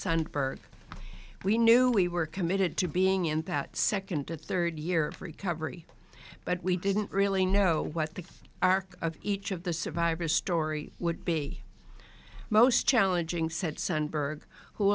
sundberg we knew we were committed to being in that second to third year recovery but we didn't really know what the arc of each of the survivors story would be most challenging said son berg who